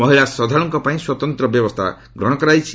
ମହିଳା ଶ୍ରଦ୍ଧାଳୁଙ୍କ ପାଇଁ ସ୍ୱତନ୍ତ୍ର ବ୍ୟବସ୍ଥା କରାଯାଇଛି